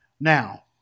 Now